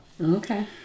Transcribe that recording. Okay